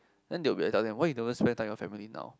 then they will be asking why you never spend time with your family now